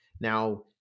Now